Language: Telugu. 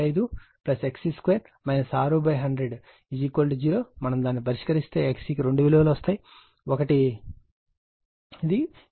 మనము దాన్ని పరిష్కరిస్తే XC కు రెండు విలువలను లభిస్తాయి ఒకటి కాబట్టి XC 8